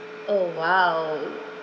oh !wow!